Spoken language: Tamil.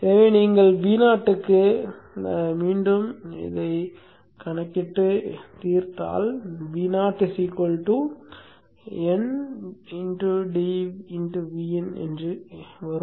எனவே நீங்கள் Vo க்கு மீண்டும் எழுதி தீர்த்தால் Vo ndVin கிடைக்கும்